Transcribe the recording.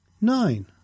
Nine